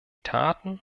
taten